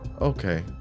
Okay